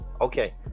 Okay